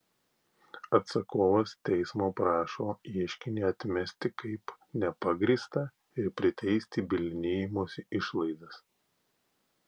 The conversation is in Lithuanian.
atsakovas teismo prašo ieškinį atmesti kaip nepagrįstą ir priteisti bylinėjimosi išlaidas